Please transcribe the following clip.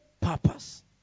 purpose